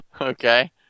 Okay